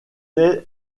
est